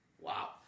Wow